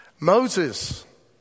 Moses